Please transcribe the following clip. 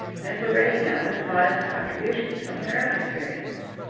and were ready now with modest contributions from their own experience.